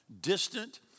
distant